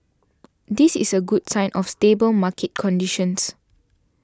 this is a good sign of stable market conditions